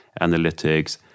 analytics